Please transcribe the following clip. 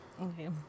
Okay